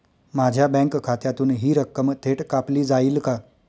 माझ्या बँक खात्यातून हि रक्कम थेट कापली जाईल का?